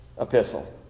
epistle